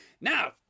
Now